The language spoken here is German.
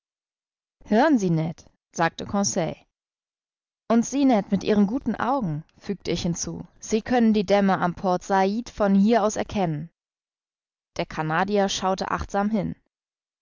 hören sie ned sagte conseil und sie ned mit ihren guten augen fügte ich hinzu sie können die dämme am port said von hier aus erkennen der canadier schaute achtsam hin